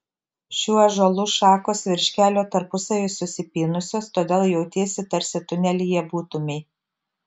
šių ąžuolų šakos virš kelio tarpusavyje susipynusios todėl jautiesi tarsi tunelyje būtumei